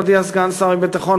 הודיע סגן שר הביטחון,